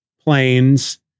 planes